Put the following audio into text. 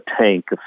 tank